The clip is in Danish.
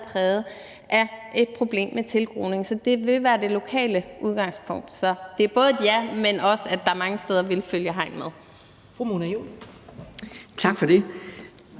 præget af et problem med tilgroning. Så det vil være det lokale udgangspunkt. Så det er et både et ja til det, men også det svar, at der mange steder vil følge et hegn med.